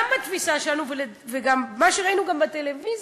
גם בתפיסה שלנו, וממה שראינו גם בטלוויזיה,